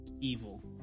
evil